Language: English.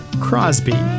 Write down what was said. Crosby